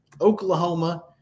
Oklahoma